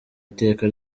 iteka